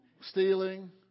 Stealing